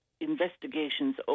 investigations